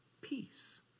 peace